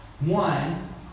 One